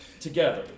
together